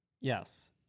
Yes